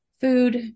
food